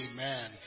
Amen